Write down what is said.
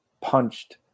punched